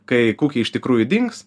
kai kukiai iš tikrųjų dings